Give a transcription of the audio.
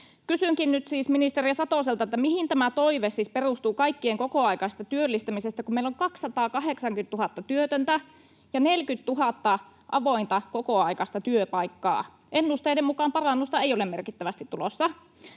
nyt siis ministeri Satoselta: mihin tämä toive siis perustuu kaikkien kokoaikaisten työllistämisestä, kun meillä on 280 000 työtöntä ja 40 000 avointa kokoaikaista työpaikkaa? Ennusteiden mukaan parannusta ei ole merkittävästi tulossa.